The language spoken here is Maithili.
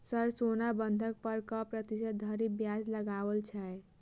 सर सोना बंधक पर कऽ प्रतिशत धरि ब्याज लगाओल छैय?